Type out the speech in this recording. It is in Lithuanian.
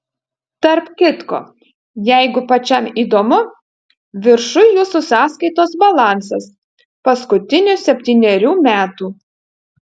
tarp kitko jeigu pačiam įdomu viršuj jūsų sąskaitos balansas paskutinių septynerių metų